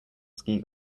ski